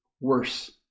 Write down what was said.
worse